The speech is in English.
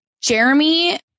Jeremy